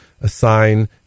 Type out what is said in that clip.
assign